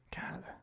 God